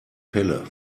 pelle